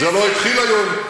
זה לא התחיל היום.